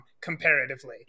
comparatively